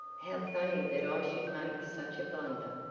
how funny that i should make such a blunder!